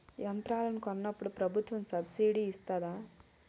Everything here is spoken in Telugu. యంత్రాలను కొన్నప్పుడు ప్రభుత్వం సబ్ స్సిడీ ఇస్తాధా?